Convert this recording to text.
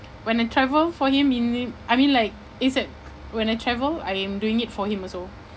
when I travel for him he need I mean like it's like when I travel I am doing it for him also